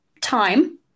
time